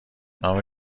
نام